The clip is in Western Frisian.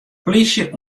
plysje